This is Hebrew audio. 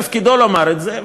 תפקידו לומר את זה,